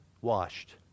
washed